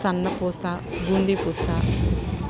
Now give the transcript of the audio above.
సన్నపూస బూందిపూస